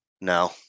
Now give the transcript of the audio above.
No